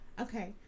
Okay